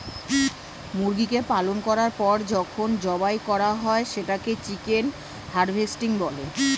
মুরগিকে পালন করার পর যখন জবাই করা হয় সেটাকে চিকেন হারভেস্টিং বলে